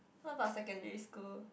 what about secondary school